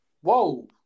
Whoa